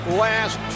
last